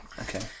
Okay